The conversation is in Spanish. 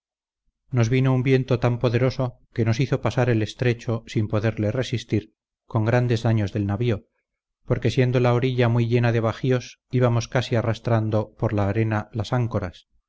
nos vino un viento tan poderoso que nos hizo pasar el estrecho sin poderle resistir con grandes daños del navío porque siendo la orilla muy llena de bajíos íbamos casi arrastrando por la arena las áncoras